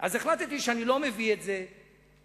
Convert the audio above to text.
אז החלטתי שאני לא מביא את זה להצבעה